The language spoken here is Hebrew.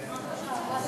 אדוני היושב-ראש,